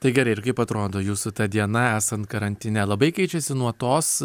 tai gerai ir kaip atrodo jūsų ta diena esant karantine labai keičiasi nuo tos